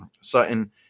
Sutton